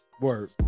word